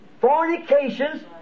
fornications